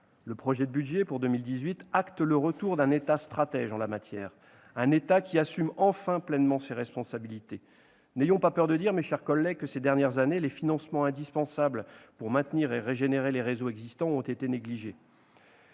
Le projet de budget pour 2018 acte le retour d'un État stratège en la matière, un État qui assume enfin pleinement ses responsabilités. N'ayons pas peur de le dire, mes chers collègues, au cours des dernières années, les financements indispensables pour maintenir et régénérer les réseaux existants ont été négligés.